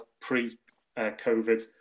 pre-COVID